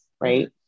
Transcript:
Right